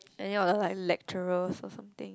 any of the lecturers or something